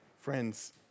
Friends